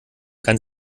kann